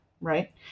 right